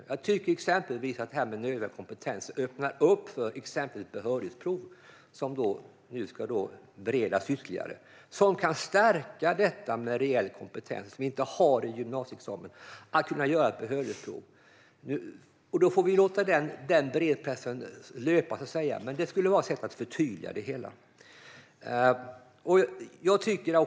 Exempelvis tycker jag att det här med nödvändig kompetens öppnar för behörighetsprov, som nu ska beredas ytterligare. Det kan stärka den med reell kompetens som inte har gymnasieexamen att kunna göra ett behörighetsprov. Då måste vi låta beredningsprocessen ha sin gång. Det vore dock ett sätt att förtydliga det hela.